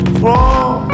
wrong